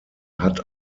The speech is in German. hat